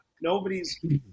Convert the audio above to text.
Nobody's